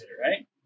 right